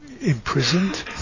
imprisoned